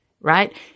right